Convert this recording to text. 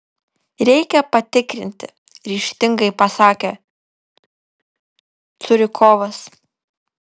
reikia patikrinti ryžtingai pasakė curikovas